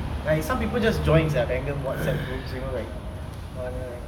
like some people just join sia random WhatsApp group you know like